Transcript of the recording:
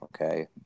okay